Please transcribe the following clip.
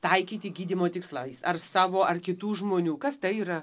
taikyti gydymo tikslais ar savo ar kitų žmonių kas tai yra